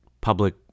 public